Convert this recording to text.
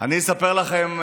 אני אספר לכם,